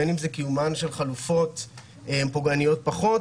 בין אם זה קיומן של חלופות פוגעניות פחות,